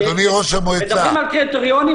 אדוני ראש המועצה --- כשמדברים על קריטריונים,